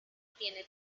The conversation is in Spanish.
tiene